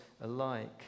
alike